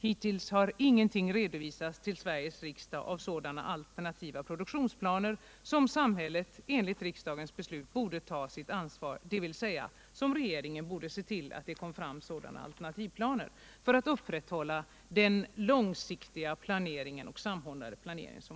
Hittills har ingenting redovisats till Sveriges riksdag av sådana alternativa produktionsplaner som samhället enligt riksdagens beslut borde ta sitt ansvar för, dvs. som regeringen borde se till att få fram för att upprätthålla en nödvändig långsiktig och samordnad planering.